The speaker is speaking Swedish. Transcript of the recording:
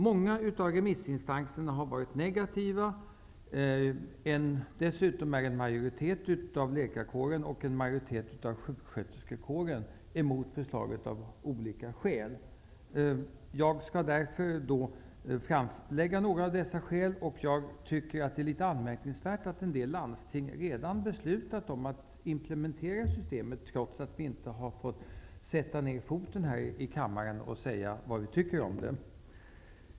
Många av remissinstanserna har varit negativa. Dessutom är en majoritet av läkarkåren och av sjuksköterskekåren av olika skäl emot förslaget. Jag skall här framföra några av dessa skäl. Jag tycker att det är något anmärkningsvärt att vissa landsting beslutat att införa systemet trots att förslaget ännu inte har nått riksdagen och vi här i kammaren inte haft tillfälle att säga vad vi tycker om det.